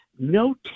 No